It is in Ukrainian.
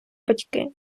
батьки